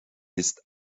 ist